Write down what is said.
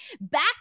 back